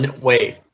Wait